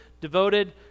devoted